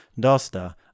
Dosta